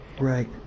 Right